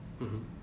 mmhmm